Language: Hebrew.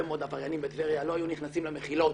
מאוד עבריינים בטבריה לא היו נכנסים למחילות